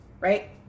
Right